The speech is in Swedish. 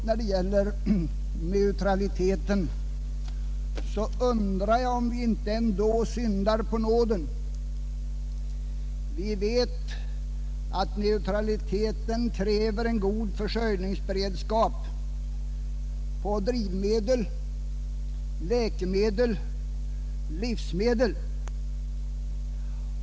När det gäller neutraliteten undrar jag emellertid om vi ändå inte syndar på nåden på en punkt. Vi vet att neutraliteten kräver god försörjningsberedskap i fråga om drivmedel, läkemedel och livsmedel.